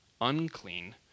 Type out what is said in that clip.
unclean